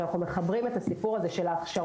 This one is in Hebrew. שאנחנו מחברים את הסיפור הזה של ההכשרות